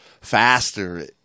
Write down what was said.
faster